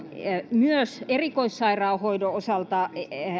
myös erikoissairaanhoidon osalta